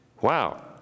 Wow